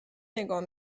نگاه